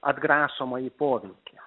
atgrasomąjį poveikį